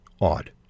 odd